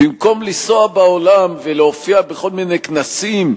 במקום לנסוע בעולם ולהופיע בכל מיני כנסים,